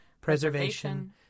preservation